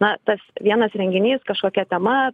na tas vienas renginys kažkokia tema